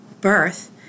birth